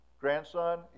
grandson